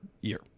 Year